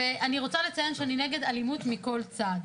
ואני רוצה לציין שאני נגד אלימות מכל צד.